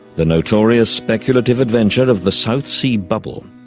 the notorious speculative adventure of the south sea bubble.